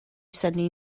synnu